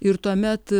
ir tuomet